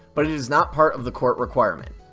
but it is not part of the court requirement.